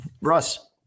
Russ